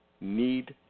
need